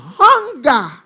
hunger